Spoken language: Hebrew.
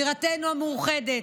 בירתנו המאוחדת.